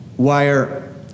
Wire